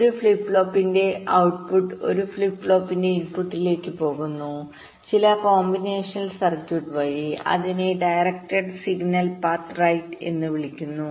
ഒരു ഫ്ലിപ്പ് ഫ്ലോപ്പിന്റെ ഔട്ട്പുട് ഒരു ഫ്ലിപ്പ് ഫ്ലോപ്പിന്റെ ഇൻപുട്ടിലേക്ക് പോകുന്നു ചില കോമ്പിനേഷണൽ സർക്യൂട്ട്വഴി അതിനെ ഡയറക്റ്റഡ് സിഗ്നൽ പാത്ത് റൈറ്റ്എന്ന് വിളിക്കുന്നു